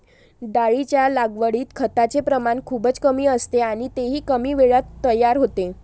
डाळींच्या लागवडीत खताचे प्रमाण खूपच कमी असते आणि तेही कमी वेळात तयार होते